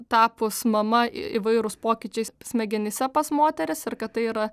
tapus mama įvairūs pokyčiai smegenyse pas moteris ir kad tai yra